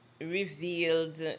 revealed